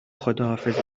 خداحافظ